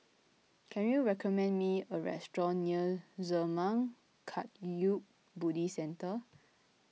can you recommend me a restaurant near Zurmang Kagyud Buddhist Centre